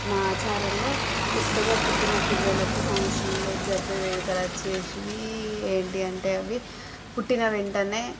మా ఆచారంలో కొత్తగా పుట్టిన పిల్లలకు సంవత్సరంలో జరిపే వేడుకలు వచ్చి ఏంటంటే అవి పుట్టిన వెంటనే